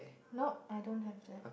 nope I don't have that